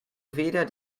weder